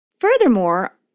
Furthermore